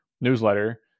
newsletter